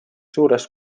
suures